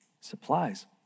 supplies